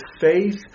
faith